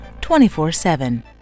24-7